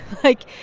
like,